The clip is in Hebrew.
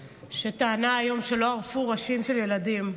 שטענה היום שלא ערפו ראשים של ילדים.